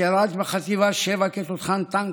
שירת בחטיבה 7 כתותחן טנק,